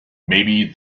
maybe